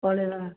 ପଳାଇବା